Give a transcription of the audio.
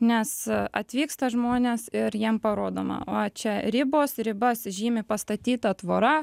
nes atvyksta žmonės ir jiem parodoma va čia ribos ribas žymi pastatyta tvora